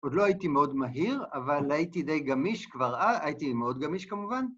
עוד לא הייתי מאוד מהיר, אבל הייתי די גמיש כבר, הייתי מאוד גמיש כמובן.